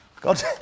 God